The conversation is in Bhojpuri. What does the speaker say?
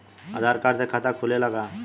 आधार कार्ड से खाता खुले ला का?